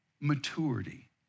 Maturity